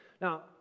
Now